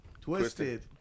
Twisted